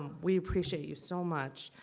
we appreciate you so much.